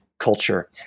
Culture